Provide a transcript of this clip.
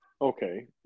Okay